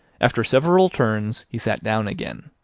after several turns, he sat down again.